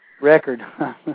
Record